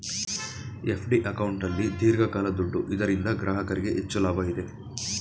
FD ಅಕೌಂಟಲ್ಲಿ ದೀರ್ಘಕಾಲ ದುಡ್ಡು ಇದರಿಂದ ಗ್ರಾಹಕರಿಗೆ ಹೆಚ್ಚು ಲಾಭ ಇದೆ